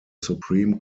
supreme